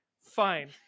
Fine